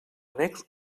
annex